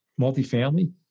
multifamily